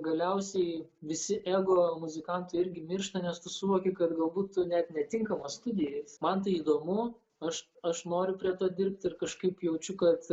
galiausiai visi ego muzikantai irgi miršta nes tu suvoki kad galbūt tu net netinkamas studijai man tai įdomu aš aš noriu prie to dirbt ir kažkaip jaučiu kad